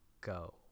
go